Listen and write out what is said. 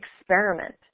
experiment